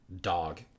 dog